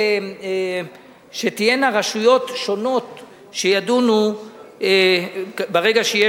שתהיינה רשויות שונות שידונו ברגע שיש